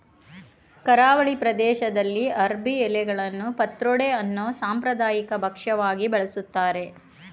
ಕರಾವಳಿ ಪ್ರದೇಶ್ದಲ್ಲಿ ಅರ್ಬಿ ಎಲೆಗಳನ್ನು ಪತ್ರೊಡೆ ಅನ್ನೋ ಸಾಂಪ್ರದಾಯಿಕ ಭಕ್ಷ್ಯವಾಗಿ ಬಳಸ್ತಾರೆ